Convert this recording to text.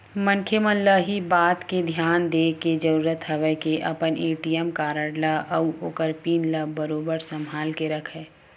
मनखे मन ल इही बात के धियान देय के जरुरत हवय के अपन ए.टी.एम कारड ल अउ ओखर पिन ल बरोबर संभाल के रखय